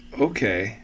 Okay